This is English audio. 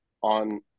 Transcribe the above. on